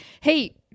hey